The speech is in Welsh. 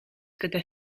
gyda